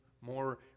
more